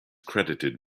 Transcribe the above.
credited